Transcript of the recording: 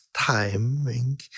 timing